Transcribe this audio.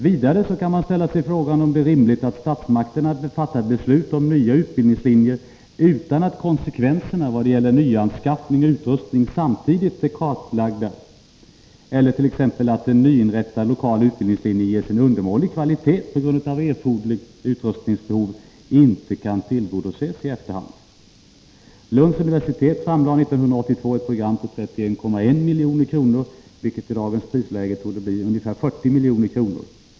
Vidare kan man ställa sig frågan om det är rimligt att statsmakterna fattar beslut om nya utbildningslinjer utan att konsekvenserna vad gäller nyanskaffning och utrustning är kartlagda eller att en nyinrättad, lokal utbild ningslinje ges en undermålig kvalitet på grund av att erforderligt utrustningsbehov inte kan tillgodoses i efterhand. Lunds universitet framlade 1982 ett program på 31,1 miljoner, vilket i dagens prisläge torde motsvara ungefär 40 miljoner.